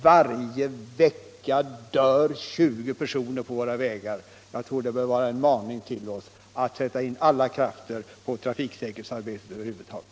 Varje vecka dör 20 personer på våra vägar. Det bör vara en maning till oss att sätta in alla krafter på trafiksäkerhetsarbete över huvud taget.